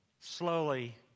slowly